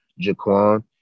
Jaquan